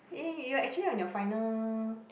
eh you're actually on your final